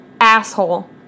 asshole